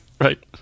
right